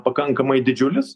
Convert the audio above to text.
pakankamai didžiulis